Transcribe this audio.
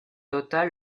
total